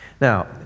Now